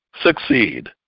succeed